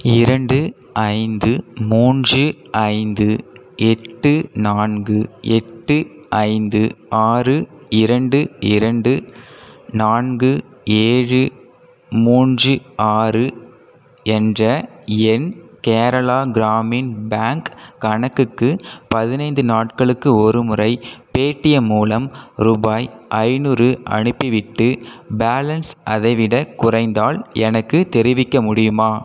இரண்டு ஐந்து மூன்று ஐந்து எட்டு நான்கு எட்டு ஐந்து ஆறு இரண்டு இரண்டு நான்கு ஏழு மூன்று ஆறு என்ற என் கேரளா கிராமின் பேங்க் கணக்குக்கு பதினைந்து நாட்களுக்கு ஒரு முறை பேடிஎம் மூலம் ருபாய் ஐந்நூறு அனுப்பிவிட்டு பேலன்ஸ் அதை விட குறைந்தால் எனக்குத் தெரிவிக்க முடியுமா